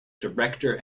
director